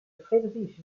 friedrich